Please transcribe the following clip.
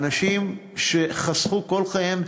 אנשים שחסכו כל חייהם,